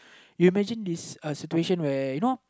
you imagine this situation where you know